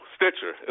Stitcher